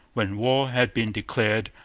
when war had been declared,